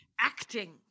Acting